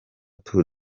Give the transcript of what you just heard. tour